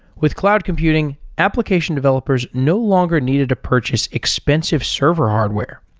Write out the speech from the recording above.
with cloud computing, application developers no longer needed to purchase expensive server hardware.